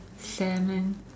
salmon